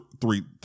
Three